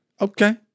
Okay